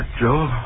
Joe